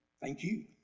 thank you,